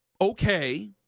okay